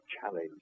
challenge